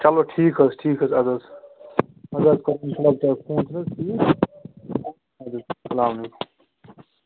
چَلو ٹھیٖک حظ ٹھیٖک حظ اَدٕ حظ اَدٕ حظ سَلام علیکُم